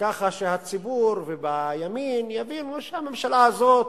ככה שהציבור ובימין יבינו שהממשלה הזאת,